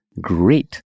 great